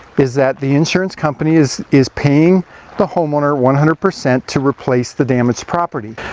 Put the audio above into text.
is that the insurance company is, is paying the homeowner one hundred percent to replace the damaged property.